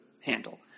handle